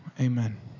amen